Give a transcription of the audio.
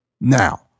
Now